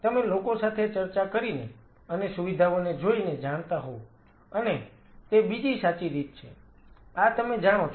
તમે લોકો સાથે ચર્ચા કરીને અને સુવિધાઓને જોઈને જાણતા હોવ અને તે બીજી સાચી રીત છે આ તમે જાણો છો